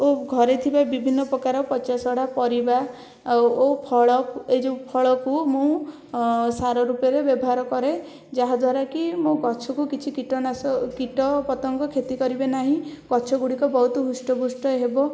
ଓ ଘରେ ଥିବା ବିଭିନ୍ନ ପ୍ରକାର ପଚାସଢ଼ା ପରିବା ଆଉ ଓ ଫଳ ଏଇ ଯେଉଁ ଫଳକୁ ମୁଁ ସାର ରୂପରେ ବ୍ୟବହାର କରେ ଯାହାଦ୍ଵାରା କି ମୋ ଗଛକୁ କିଛି କୀଟନାଶକ କିଟ ପତଙ୍ଗ କ୍ଷତି କରିବେ ନାହିଁ ଗଛ ଗୁଡ଼ିକ ବହୁତ ହୃଷ୍ଟପୃଷ୍ଟ ହେବ